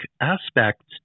aspects